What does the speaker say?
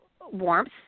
warmth